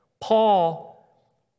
Paul